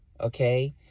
Okay